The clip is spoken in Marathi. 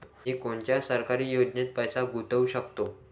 मी कोनच्या सरकारी योजनेत पैसा गुतवू शकतो?